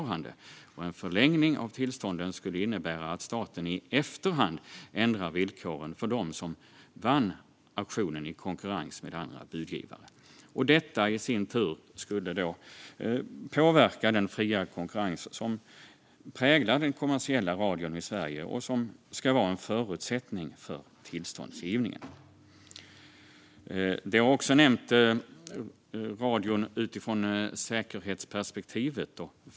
Här gör dock regeringen bedömningen att en förlängning av tillstånden skulle innebära att staten i efterhand ändrar villkoren för dem som vann auktionen i konkurrens med andra budgivare. Detta skulle i sin tur påverka den fria konkurrens som präglar den kommersiella radion i Sverige och som ska vara en förutsättning för tillståndsgivningen. Radio utifrån säkerhetsperspektivet har också nämnts.